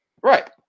Right